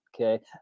okay